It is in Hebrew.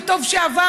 וטוב שעבר.